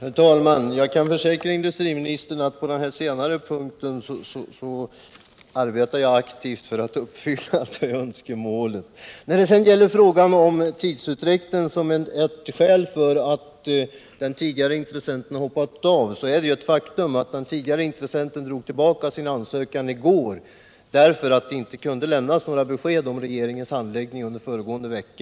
Herr talman! Jag kan försäkra industrimininstern att på den senare punkten arbetar jag aktivt för att uppfylla önskemålet. När det sedan gäller frågan om tidsutdräkten som ett skäl för att den tidigare intressenten har hoppat av, så är det ju ett faktum att den tidigare intressenten drog tillbaka sin ansökan i går därför att det inte kunde lämnas några besked om regeringens handläggning under föregående vecka.